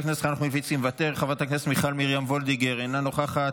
חברת הכנסת מרב מיכאלי, אינה נוכחת,